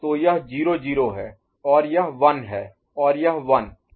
तो यह 0 0 है और यह 1 है और यह 1 इसे 0 कर रहा है